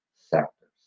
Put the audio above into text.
sectors